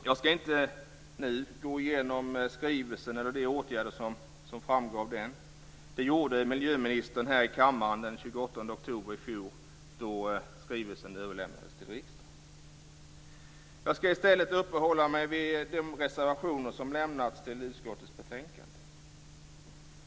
Jag ska inte nu gå igenom skrivelsen eller de åtgärder som framgår av den. Det gjorde miljöministern här i kammaren den 28 oktober i fjol, då skrivelsen överlämnades till riksdagen. Jag ska i stället uppehålla mig vid de reservationer som lämnats till utskottets betänkande.